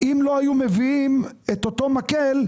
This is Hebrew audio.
אם לא היו מביאים את אותו מקל,